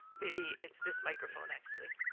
maybe it's this microphone actually.